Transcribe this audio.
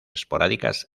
esporádicas